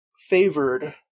favored